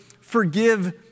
forgive